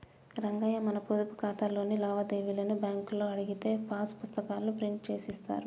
రంగయ్య మన పొదుపు ఖాతాలోని లావాదేవీలను బ్యాంకులో అడిగితే పాస్ పుస్తకాల్లో ప్రింట్ చేసి ఇస్తారు